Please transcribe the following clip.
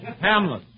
Hamlet